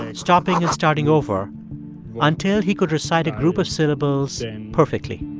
and stopping and starting over until he could recite a group of syllables and perfectly